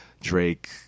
Drake